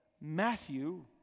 Matthew